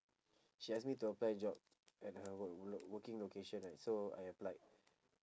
she ask me to apply a job at her wor~ wor~ working location right so I applied